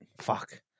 fuck